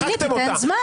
מחקתם אותה,